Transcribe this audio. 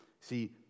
See